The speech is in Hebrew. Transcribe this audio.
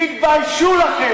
תתביישו לכם.